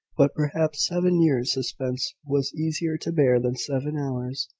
but, perhaps, seven years' suspense was easier to bear than seven hours'.